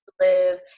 Live